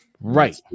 Right